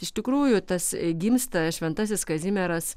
iš tikrųjų tas gimsta šventasis kazimieras